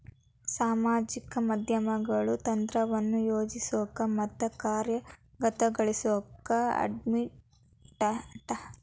ಸಾಮಾಜಿಕ ಮಾಧ್ಯಮಗಳು ತಂತ್ರವನ್ನ ಯೋಜಿಸೋಕ ಮತ್ತ ಕಾರ್ಯಗತಗೊಳಿಸೋಕ ಕಡ್ಮಿ ಟೈಮ್ ತೊಗೊತಾವ